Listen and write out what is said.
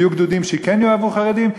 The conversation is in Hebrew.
ויהיו גדודים שכן יאהבו חרדים?